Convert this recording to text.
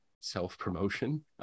self-promotion